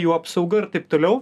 jų apsauga ir taip toliau